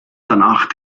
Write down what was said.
danach